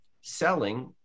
selling